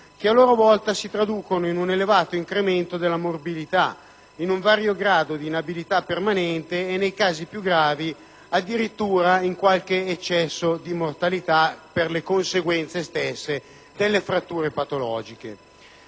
che a loro volta si traducono in un elevato incremento della morbilità, in un vario grado di inabilità permanente e, nei casi più gravi, addirittura in un qualche eccesso di mortalità per le conseguenze stesse delle fratture patologiche.